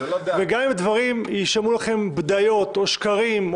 וגם אם דברים יישמעו לכם בדיות או שקרים,